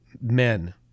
men